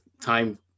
time